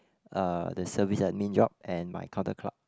uh the service admin job and my counter clerk